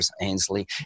Ainsley